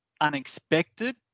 unexpected